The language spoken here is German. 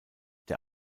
der